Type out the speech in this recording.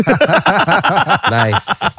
nice